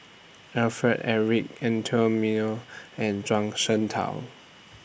Alfred Eric Anthony Miller and Zhuang Shengtao